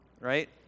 right